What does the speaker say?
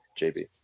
JB